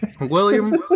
William